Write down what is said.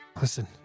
Listen